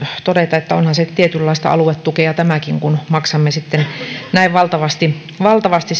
todeta että onhan se tietynlaista aluetukea tämäkin kun maksamme näin valtavasti valtavasti